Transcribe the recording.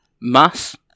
Mass